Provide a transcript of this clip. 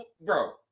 Bro